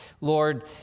Lord